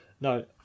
No